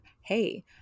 hey